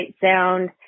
sound